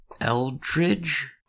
Eldridge